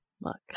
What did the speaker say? look